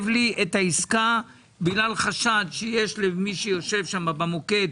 את העסקה בגלל חשד שיש למי שיושב שם במוקד,